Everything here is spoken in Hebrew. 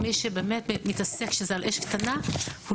מי שבאמת מתעסק כשזה על אש קטנה לא